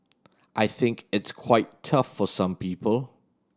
I think it's quite tough for some people